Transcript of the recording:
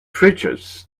fridges